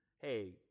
hey